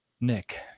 Nick